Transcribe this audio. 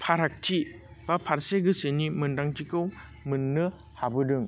फारागथि बा फारसे गोसोनि मोनदांथिखौ मोन्नो हाबोदों